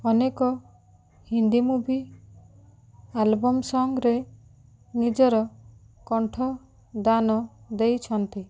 ଅନେକ Hindi movie album ସଙ୍ଗରେ ନିଜର କଣ୍ଠଦାନ ଦେଇଛନ୍ତି